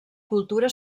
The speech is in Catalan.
cultura